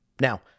Now